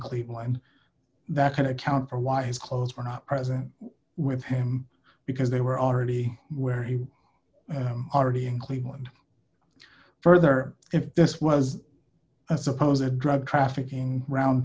cleveland that can account for why his clothes were not present with him because they were already where he already in cleveland further if this was i suppose a drug trafficking round